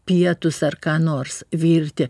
pietus ar ką nors virti